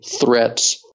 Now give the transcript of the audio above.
threats